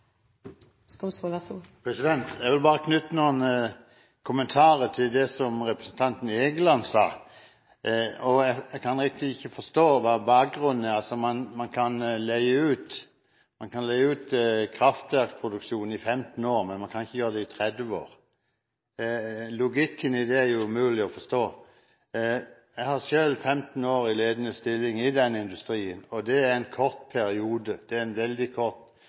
Jeg vil bare knytte noen kommentarer til det som representanten Egeland sa. Jeg kan ikke riktig forstå bakgrunnen for at man kan leie ut kraftverkproduksjon i 15 år, men ikke i 30 år. Logikken i det er det umulig å forstå. Jeg har selv 15 år i en ledende stilling i den industrien, og det er en veldig kort periode. Skal man planlegge og bygge et aluminiumsverk, kan det